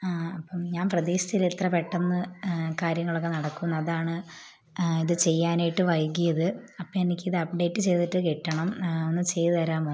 ഞാൻ പ്രതീക്ഷില്ല ഇത്ര പെട്ടെന്ന് കാര്യങ്ങളൊക്കെ നടക്കുമെന്ന് അതാണ് ഇത് ചെയ്യാനായിട്ട് വൈകിയത് അപ്പം എനിക്കിത് അപ്ഡേറ്റ് ചെയ്തിട്ട് കിട്ടണം ഒന്ന് ചെയ്ത് തരാമോ